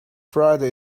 friday